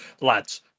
lads